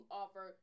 offer